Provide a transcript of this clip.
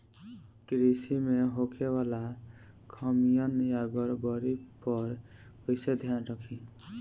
कृषि में होखे वाला खामियन या गड़बड़ी पर कइसे ध्यान रखि?